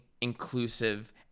inclusive